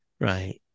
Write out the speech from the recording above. Right